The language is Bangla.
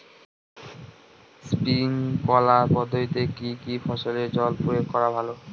স্প্রিঙ্কলার পদ্ধতিতে কি কী ফসলে জল প্রয়োগ করা ভালো?